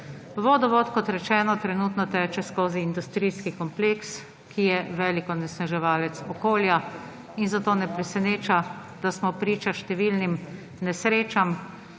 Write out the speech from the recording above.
Vodovod, kot rečeno, trenutno teče skozi industrijski kompleks, ki je velik onesnaževalec okolja, in zato ne preseneča, da smo priča številnim nesrečam.